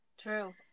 True